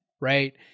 right